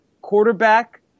quarterback